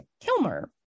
Kilmer